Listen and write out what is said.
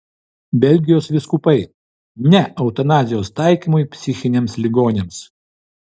belgijos vyskupai ne eutanazijos taikymui psichiniams ligoniams